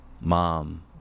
mom